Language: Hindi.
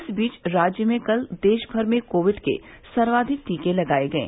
इस बीच राज्य में कल देशभर में कोविड के सर्वाधिक टीके लगाये गये